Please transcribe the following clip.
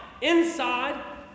inside